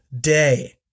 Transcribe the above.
day